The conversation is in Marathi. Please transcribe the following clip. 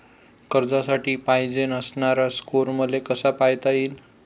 कर्जासाठी पायजेन असणारा स्कोर मले कसा पायता येईन?